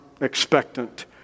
expectant